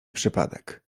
przypadek